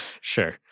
Sure